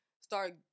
start